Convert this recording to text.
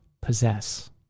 possess